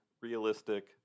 realistic